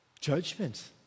Judgment